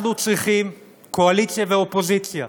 אנחנו צריכים, קואליציה ואופוזיציה,